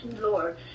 Lord